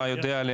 אתה יודע,